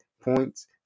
points